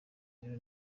rero